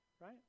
Right